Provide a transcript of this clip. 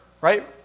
right